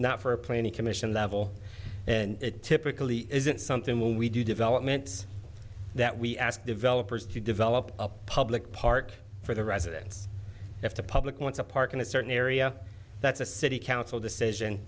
not for a play any commission level and it typically isn't something when we do development that we ask developers to develop a public park for the residents if the public wants a park in a certain area that's a city council decision